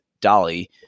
dolly